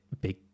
big